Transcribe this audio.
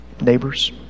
neighbors